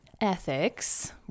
ethics